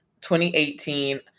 2018